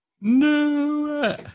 No